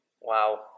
Wow